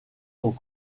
sont